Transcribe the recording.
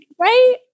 right